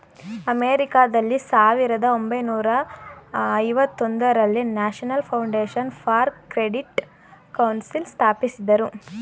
ಅಮೆರಿಕಾದಲ್ಲಿ ಸಾವಿರದ ಒಂಬೈನೂರ ಐವತೊಂದರಲ್ಲಿ national foundation for credit council ಸ್ಥಾಪಿಸಿದರು